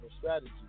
strategy